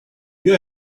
you